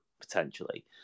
potentially